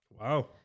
Wow